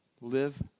Live